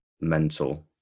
mental